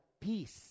peace